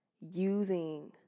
using